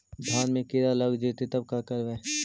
धान मे किड़ा लग जितै तब का करबइ?